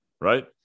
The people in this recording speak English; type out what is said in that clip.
Right